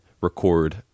record